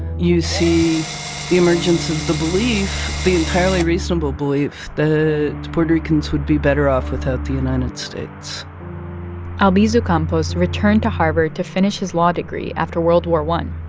you see the emergence of the belief the entirely reasonable belief the puerto ricans would be better off without the united states albizu campos returned to harvard to finish his law degree after world war i.